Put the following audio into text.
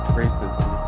racism